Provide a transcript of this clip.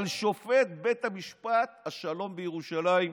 על שופט בית משפט השלום בירושלים,